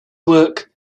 work